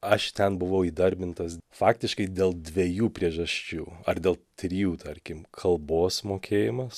aš ten buvau įdarbintas faktiškai dėl dvejų priežasčių ar dėl trijų tarkim kalbos mokėjimas